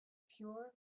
pure